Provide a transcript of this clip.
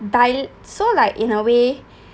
dialect so like in a way